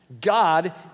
God